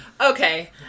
okay